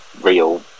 real